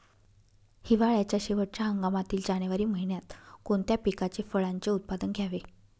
हिवाळ्याच्या शेवटच्या हंगामातील जानेवारी महिन्यात कोणत्या पिकाचे, फळांचे उत्पादन घ्यावे?